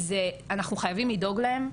אנחנו חייבים לדאוג להם,